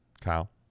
Kyle